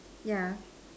yeah